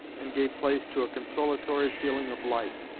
and gave place to a consolatory feeling of life,